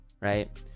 right